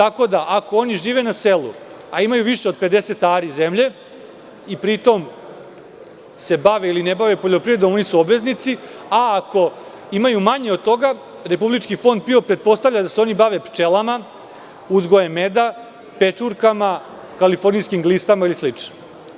Ako oni žive na selu, a imaju više od 50 ari zemlje i pri tom se bave ili ne bave poljoprivredom, oni su obveznici, a ako imaju manje od toga, Fond PIO pretpostavlja da se oni bave pčelama, uzgojem meda, pečurkama, kalifornijskim glistama ili slično.